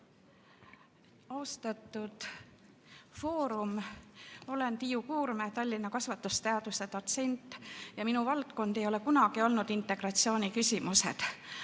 Austatud foorum! Olen Tiiu Kuurme, Tallinna Ülikooli kasvatusteaduste dotsent, ja minu valdkond ei ole kunagi olnud integratsiooniküsimused.